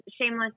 shameless